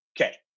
okay